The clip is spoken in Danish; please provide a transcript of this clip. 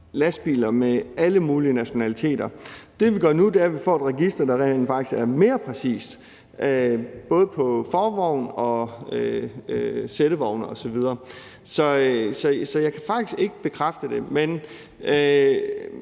lastbiler med alle mulige nationaliteter. Det, vi gør nu, er, at vi får et register, der rent faktisk er mere præcist, både hvad angår forvogne og sættevogne osv. Så jeg kan faktisk ikke bekræfte det. Men